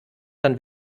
dann